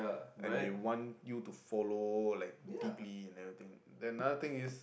and they want you to follow like deeply and everything and another thing is